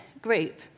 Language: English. group